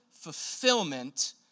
fulfillment